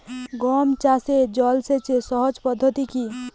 গম চাষে জল সেচের সহজ পদ্ধতি কি?